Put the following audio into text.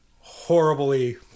horribly